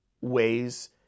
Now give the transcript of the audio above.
ways